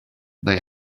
they